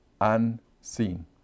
unseen